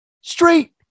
straight